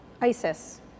ISIS